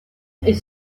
est